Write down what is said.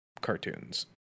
cartoons